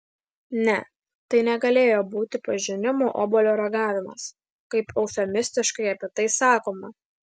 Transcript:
ne tai negalėjo būti pažinimo obuolio ragavimas kaip eufemistiškai apie tai sakoma